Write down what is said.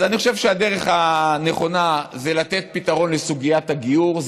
אז אני חושב שהדרך הנכונה היא לתת פתרון לסוגיית הדיור.